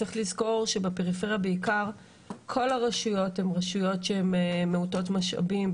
צריך לזכור שבפריפריה בעיקר כל הרשויות הן רשויות שהן מעוטות משאבים,